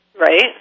Right